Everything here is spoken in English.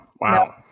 Wow